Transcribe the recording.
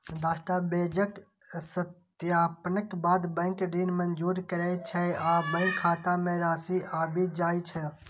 दस्तावेजक सत्यापनक बाद बैंक ऋण मंजूर करै छै आ बैंक खाता मे राशि आबि जाइ छै